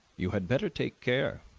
you had better take care,